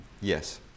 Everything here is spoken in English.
Yes